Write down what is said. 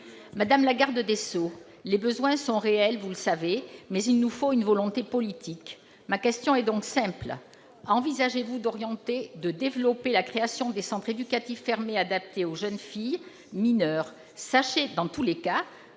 Madame la garde des sceaux, les besoins sont réels, vous le savez, mais il nous faut une volonté politique. Ma question est donc simple : envisagez-vous d'orienter, de développer la création de centres éducatifs fermés adaptés aux jeunes filles mineures ? Sachez que, dans tous les cas,